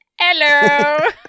hello